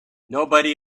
nobody